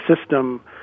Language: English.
system